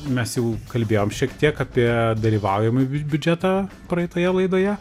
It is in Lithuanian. mes jau kalbėjom šiek tiek apie dalyvaujamąjį biudžetą praeitoje laidoje